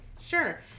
sure